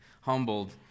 humbled